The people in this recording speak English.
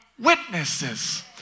witnesses